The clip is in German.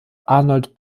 arnold